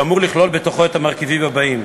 שאמור לכלול בתוכו את המרכיבים הבאים: